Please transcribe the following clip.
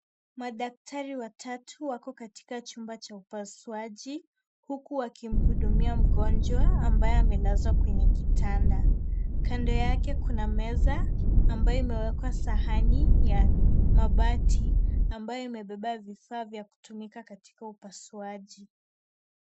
Madaktari watatu wako katika chumba Cha upasuaji huku wakihudumia mgonjwa ambaye amelazwa kwenye kitanda, kando yake Kuna meza ambayo imewekwa sahani ya mabati ambayo imebeba vifaa vya kutumika katika upasuaji.